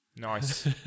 Nice